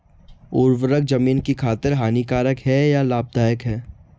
उर्वरक ज़मीन की खातिर हानिकारक है या लाभदायक है?